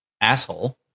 asshole